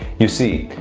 you see,